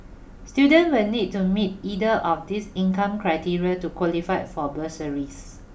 student will need to meet either of these income criteria to qualify for bursaries